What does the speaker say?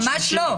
ממש לא.